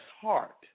heart